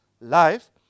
life